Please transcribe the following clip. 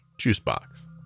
juicebox